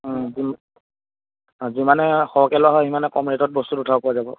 অঁ যিমান অঁ যিমানে সৰহকৈ লোৱা হয় সিমানে কম ৰেটত বস্তুটো উঠাব পৰা যাব